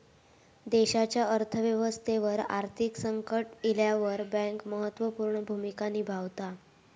देशाच्या अर्थ व्यवस्थेवर आर्थिक संकट इल्यावर बँक महत्त्व पूर्ण भूमिका निभावता